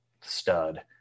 stud